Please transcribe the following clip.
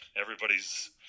everybody's